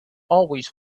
always